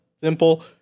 simple